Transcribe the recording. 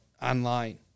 online